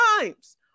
times